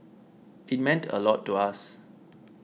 it meant a lot to us